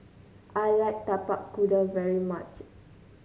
I like Tapak Kuda very much